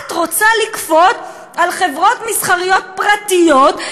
את רוצה לכפות על חברות מסחריות פרטיות,